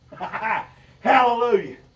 Hallelujah